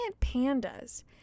pandas